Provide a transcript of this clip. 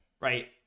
right